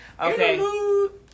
Okay